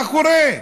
מה קורה?